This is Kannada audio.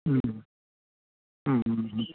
ಹ್ಞೂ ಹ್ಞೂ ಹ್ಞೂ ಹ್ಞೂ